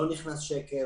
לא נכנס שקל.